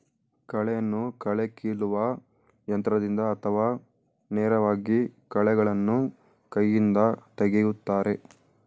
ಕಳೆಯನ್ನು ಕಳೆ ಕೀಲುವ ಯಂತ್ರದಿಂದ ಅಥವಾ ನೇರವಾಗಿ ಕಳೆಗಳನ್ನು ಕೈಯಿಂದ ತೆಗೆಯುತ್ತಾರೆ